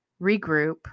regroup